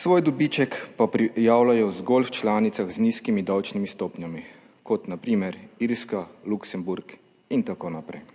svoj dobiček pa prijavljajo zgolj v članicah z nizkimi davčnimi stopnjami, kot na primer Irska, Luksemburg in tako naprej.